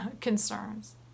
concerns